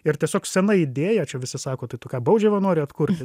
ir tiesiog sena idėja čia visi sako tai tu ką baudžiavą nori atkurti